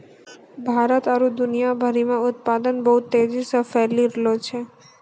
भारत आरु दुनिया भरि मे उत्पादन बहुत तेजी से फैली रैहलो छै